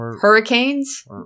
Hurricanes